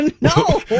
No